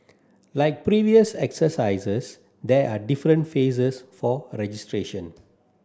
like previous exercises there are different phases for registration